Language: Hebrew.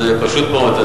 זה פשוט מאוד.